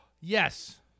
Yes